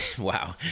wow